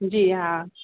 जी हा